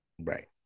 Right